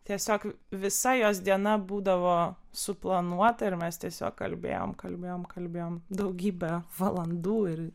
tiesiog visa jos diena būdavo suplanuota ir mes tiesiog kalbėjom kalbėjom kalbėjom daugybę valandų ir